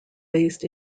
based